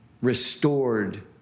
restored